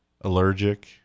Allergic